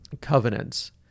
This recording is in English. covenants